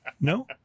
No